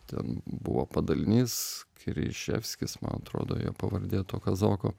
ten buvo padalinys križevskis man atrodo jo pavardė to kazoko